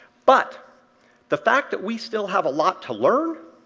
but the fact that we still have a lot to learn,